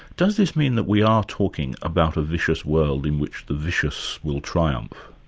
does this mean that we are talking about a vicious world in which the vicious will triumph?